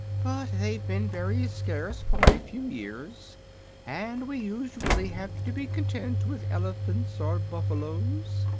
but they've been very scarce for a few years and we usually have to be content with elephants or buffaloes,